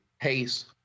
pace